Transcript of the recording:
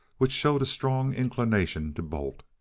which showed a strong inclination to bolt.